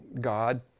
God